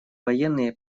военные